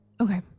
Okay